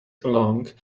along